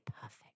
perfect